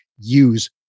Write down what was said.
use